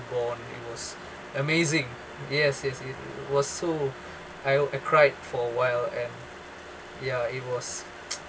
bond it was amazing yes yes yes it was so I I cried for a while and ya it was